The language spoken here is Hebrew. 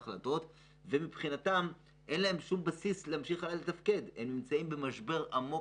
אין להם שום בסיס לתפקד, הם נמצאים במשבר עמוק.